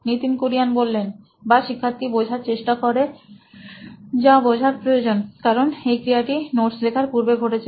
Nitin Kurian C O O নোইন electronics বা শিক্ষার্থী বোঝার চেষ্টা করে যা বোঝা প্রয়োজন কারণ এই ক্রিয়াটি নোটস লেখার পূর্বে ঘটছে